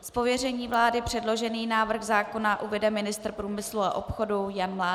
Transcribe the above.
Z pověření vlády předložený návrh zákona uvede ministr průmyslu a obchodu Jan Mládek.